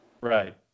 right